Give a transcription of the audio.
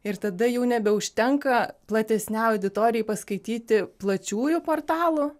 ir tada jau nebeužtenka platesnei auditorijai paskaityti plačiųjų portalų